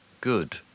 good